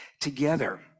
together